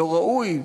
לא ראוי,